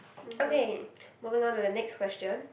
okay moving on to the next question